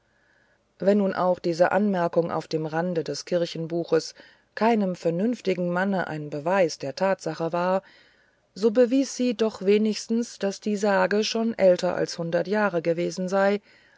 wenn nun auch diese anmerkung auf dem rande des kirchenbuches keinem vernünftigen manne ein beweis der tatsache war so bewies sie doch wenigstens daß die sage schon älter als hundert jahre gewesen sei